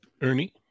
ernie